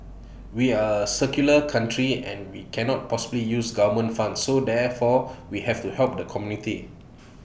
we are A secular country and we cannot possibly use government funds so therefore we have to help the community